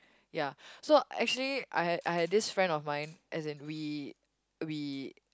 ya so actually I had I had this friend of mine as in we we